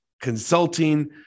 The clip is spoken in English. consulting